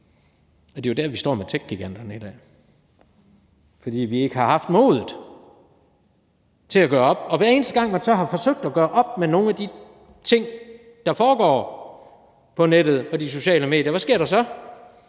Det er jo der, vi står med techgiganterne i dag, fordi vi ikke har haft modet til at gøre op med det. Hver eneste gang man så har forsøgt at gøre op med nogle af de ting, der foregår på nettet, på de sociale medier, hvad sker der så?